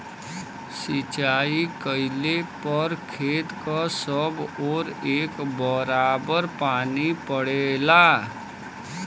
सिंचाई कइले पर खेत क सब ओर एक बराबर पानी पड़ेला